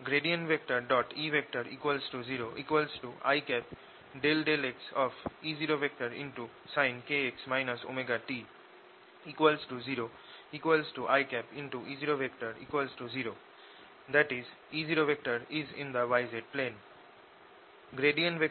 E 0i∂xE0sin kx ωt 0 i E00 ie E0 is in the yz plane B 0 i